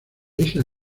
isla